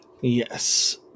Yes